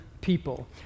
people